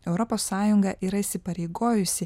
europos sąjunga yra įsipareigojusi